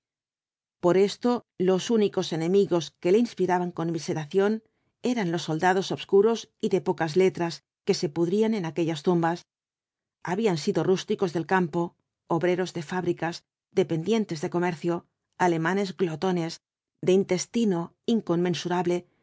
por esto los únicos enemigos que le inspiraban conmiseración eran los soldados obscuros y de pocas letras que se pudrían en aquellas tumbas habían sido rústicos del campo obreros de fábricas dependientes de comercio alemanes glotones de intestino inconmensurable